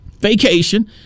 Vacation